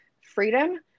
freedom